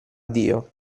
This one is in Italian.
dio